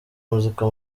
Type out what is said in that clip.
muzika